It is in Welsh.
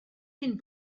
cyn